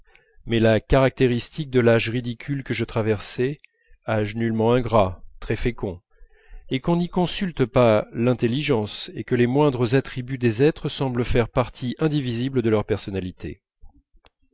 mais la caractéristique de l'âge ridicule que je traversais âge nullement ingrat très fécond est qu'on n'y consulte pas l'intelligence et que les moindres attributs des êtres semblent faire partie indivisible de leur personnalité